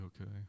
okay